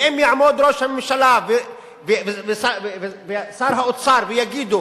ואם יעמדו ראש הממשלה ושר האוצר ויגידו